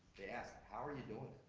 they ask, how are you doing it?